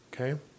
Okay